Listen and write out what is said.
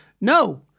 no